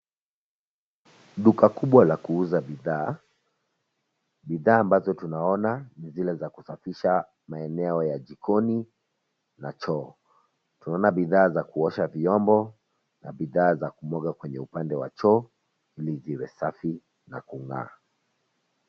Duka kubwa la kuuza bidhaa. Bidhaa ambazo tunaona ni zile za kusafisha maeneo ya jikoni na choo. Tunaona bidhaa za kuosha vyombo na bidhaa za kusafisha choo ili ziwe safi na kung'aa.